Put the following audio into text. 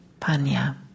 panya